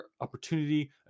opportunity